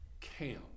camp